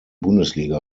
bundesliga